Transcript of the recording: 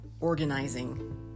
organizing